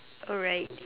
alright